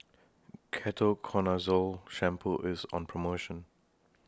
Ketoconazole Shampoo IS on promotion